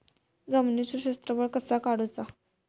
जमिनीचो क्षेत्रफळ कसा काढुचा?